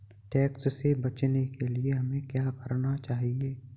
Tax से बचने के लिए हमें क्या करना चाहिए?